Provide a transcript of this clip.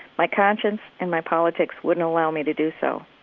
my conscience and my politics wouldn't allow me to do so.